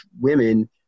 women